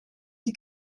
die